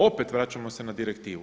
Opet vraćamo se na direktivu.